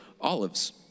olives